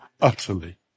utterly